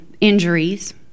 Injuries